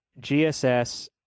GSS